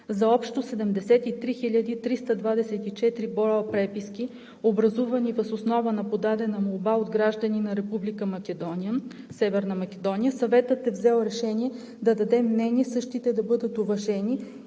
за общо 73 324 броя преписки, образувани въз основа на подадена молба от граждани на Република Северна Македония, Съветът е взел решение да даде мнение същите да бъдат уважени